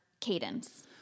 cadence